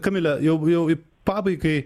kamile jau jau į pabaigai